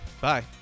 bye